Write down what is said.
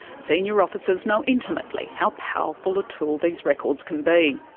senior officers know intimately how powerful a tool these records can be.